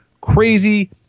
crazy